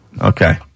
Okay